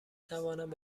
توانند